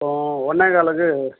ஒன்னேகாலுக்கு